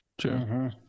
True